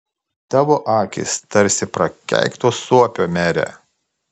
tavo akys tarsi prakeikto suopio mere